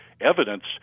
evidence